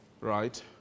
right